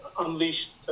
unleashed